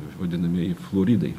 vadinamieji fluoridai